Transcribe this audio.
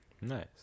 Nice